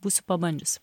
būsiu pabandžiusi